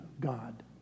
God